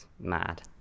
mad